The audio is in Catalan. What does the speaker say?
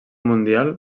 mundial